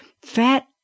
Fat